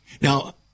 Now